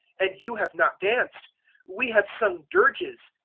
and you have not danced we have sung dirges,